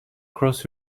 cross